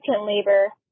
labor